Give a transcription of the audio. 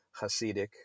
Hasidic